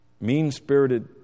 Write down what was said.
Mean-spirited